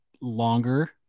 longer